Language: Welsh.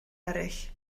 eraill